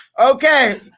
Okay